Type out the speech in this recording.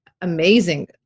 amazing